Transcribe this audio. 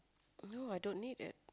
no I don't need it